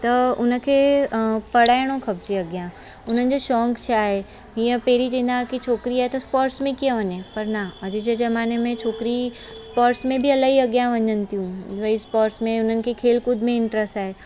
त हुनखे अ पढ़ाइणो खपजे अॻियां हुनजो शौंक़ु छा आहे ईअं पहिरीं चवंदा हुआ की छोकिरी आहे त स्पोर्ट्स में कीअं वञे पर न अॼ जे जमाने में छोकिरी स्पोर्ट्स में इलाही अॻियां वञनि थियूं स्पोर्ट्स में हुननि खे खेलकूद में इंट्रेस्ट आहे